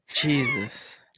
Jesus